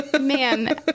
man